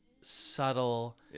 subtle